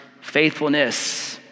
faithfulness